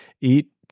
eat